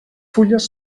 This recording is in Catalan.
fulles